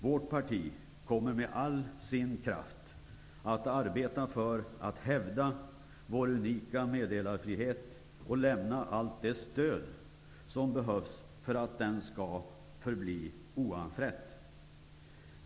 Vårt parti kommer med all sin kraft att arbeta för att hävda vår unika meddelarfrihet och lämna allt det stöd som behövs för att den skall förbli oanfrätt.